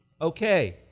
Okay